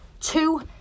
Two